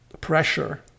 pressure